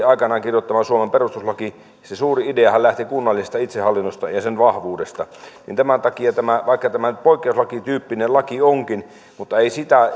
aikanaan kirjoittama suomen perustuslaki se suuri ideahan lähti kunnallisesta itsehallinnosta ja sen vahvuudesta tämän takia vaikka tämä nyt poikkeuslakityyppinen laki onkin